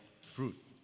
fruit